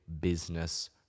business